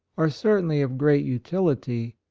are certainly of great utility,